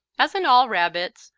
as in all rabbits,